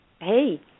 Hey